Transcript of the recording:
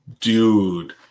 Dude